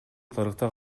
тарыхта